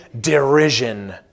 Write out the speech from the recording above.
derision